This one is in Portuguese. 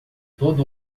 todo